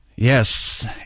Yes